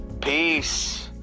Peace